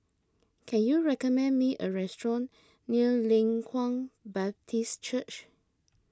can you recommend me a restaurant near Leng Kwang Baptist Church